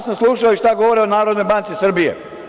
Slušao sam i šta govore o Narodnoj banci Srbije.